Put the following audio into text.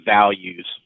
values